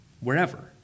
wherever